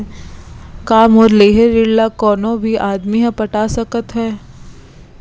का मोर लेहे ऋण ला कोनो भी आदमी ह पटा सकथव हे?